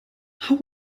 hau